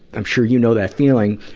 i'm sure you know that feeling,